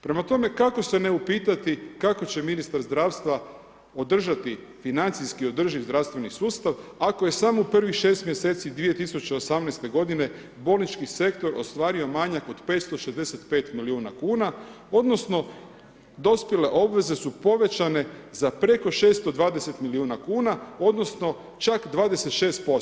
Prema tome, kako se ne upitati kako će ministar zdravstva održati financijski održiv zdravstveni sustav ako je samo u prvih 6 mjeseci 2018. godine bolnički sektor ostvario manjak od 565 milijuna kuna odnosno dospjele obveze su povećane za preko 620 milijuna kuna, odnosno čak 26%